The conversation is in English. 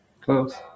close